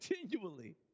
continually